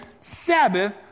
Sabbath